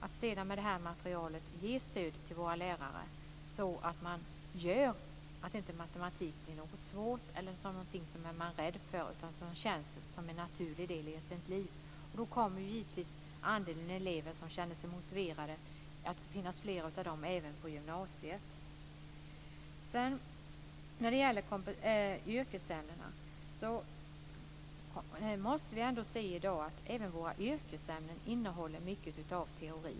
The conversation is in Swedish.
Med det materialet ska vi sedan ge stöd till våra lärare, så att matematik inte blir någonting svårt eller någonting som man är rädd för utan som känns som en naturlig del i ens liv. Då kommer givetvis andelen elever som känner sig motiverade att vara fler även på gymnasiet. När det gäller yrkesämnen vill jag säga att vi måste se att även våra yrkesämnen innehåller mycket teori.